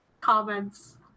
comments